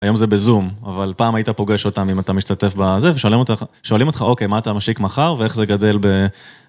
היום זה בזום, אבל פעם היית פוגש אותם אם אתה משתתף בזה, ושואלים אותך אוקיי, מה אתה משיק מחר ואיך זה גדל ב...